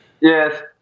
Yes